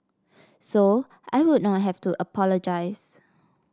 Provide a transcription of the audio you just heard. so I would not have to apologise